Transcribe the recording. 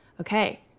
Okay